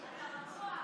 אתה נורא רגוע.